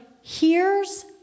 hears